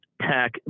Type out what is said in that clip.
tech